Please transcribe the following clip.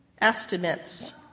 estimates